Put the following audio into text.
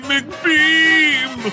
McBeam